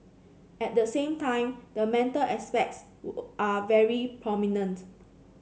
at the same time the mental aspects are very prominent